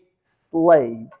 slave